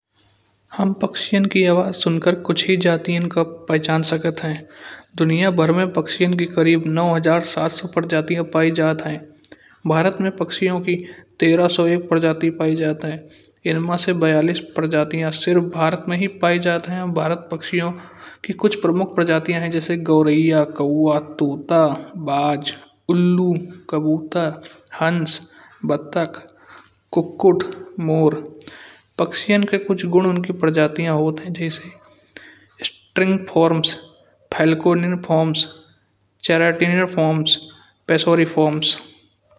हम पक्षहीयन की आवाज सुनकर कुछ ही जातियन को पहचान सकत ह। दुनिया भर म पखियन की नौ हजार सात सौ प्रजातिया पाइ जात ह। भारत म पक्षियो की एक हजार तीन सौ एक प्रजातिया पाइ जात ह इनमें से बयालिस प्रजातिया सिर्फ भारत म ही पाइ जात ह। और भारत की पक्षियो की कुछ प्रमुख प्रजातिया ह जैसे गोरइया, कौवा, तूता, बाज, उल्लू, कबूतर, हंस, बत्तख, कुक्कुड। मोर पखियन के कुछ गुण उनकी प्रजातिया होत ह जैसे स्टिंगफॉर्म्स, फेलकोलिनफॉर्म्स, चेराटिलन फॉर्म्स, पेसोरो फॉर्म्स।